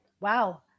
Wow